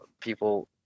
People